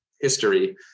history